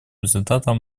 результатом